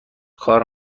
کار